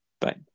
Bye